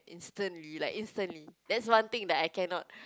sternly like instantly that's one thing that I cannot